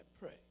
pray